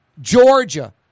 Georgia